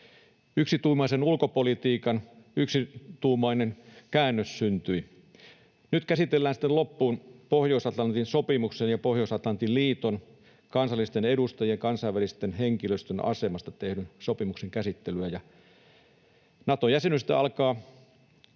Yksituumaisen ulkopolitiikan yksituumainen käännös syntyi. Nyt käsitellään sitten loppuun Pohjois-Atlantin sopimuksen ja Pohjois-Atlantin liiton, kansallisten edustajien ja kansainvälisen henkilöstön asemasta tehdyn sopimuksen käsittelyä, ja Nato-jäsenyydestä alkaa uusi